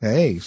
Hey